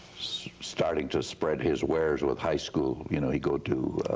starting to spread his wares with high school you know he'd go to,